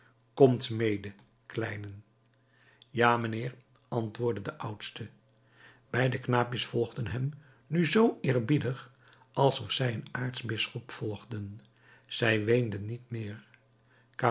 komt mede kleinen ja mijnheer antwoordde de oudste beide knaapjes volgden hem nu zoo eerbiedig alsof zij een aartsbisschop volgden zij weenden niet meer